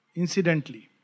incidentally